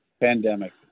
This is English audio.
pandemic